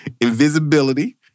Invisibility